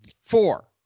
Four